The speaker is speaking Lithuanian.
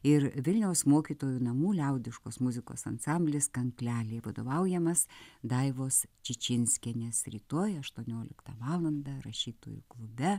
ir vilniaus mokytojų namų liaudiškos muzikos ansamblis kankleliai vadovaujamas daivos čičinskienės rytoj aštuonioliktą valandą rašytojų klube